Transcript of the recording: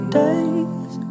days